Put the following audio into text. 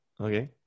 Okay